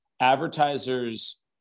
Advertisers